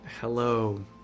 Hello